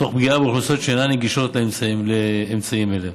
תוך פגיעה באוכלוסיות שאין להן גישה לאמצעים אלה.